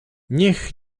niech